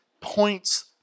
points